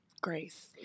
Grace